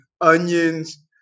onions